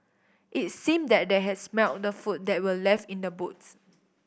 it seemed that they had smelt the food that were left in the boot